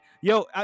yo